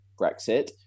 Brexit